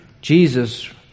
Jesus